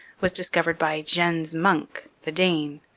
was discovered by jens munck, the dane.